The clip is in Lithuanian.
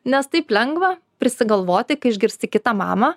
nes taip lengva prisigalvoti kai išgirsti kitą mamą